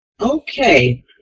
okay